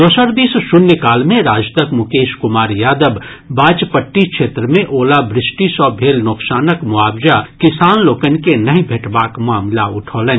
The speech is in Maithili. दोसर दिस शुन्यकाल मे राजदक मुकेश कुमार यादव बाजपट्टी क्षेत्र मे ओलावृष्टि सँ भेल नोकसानक मोआवजा किसान लोकनि के नहि भेटबाक मामिला उठौलनि